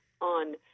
On